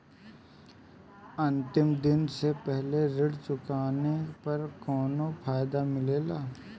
अंतिम दिन से पहले ऋण चुकाने पर कौनो फायदा मिली?